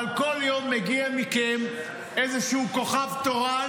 אבל כל יום מגיע מכם איזשהו כוכב תורן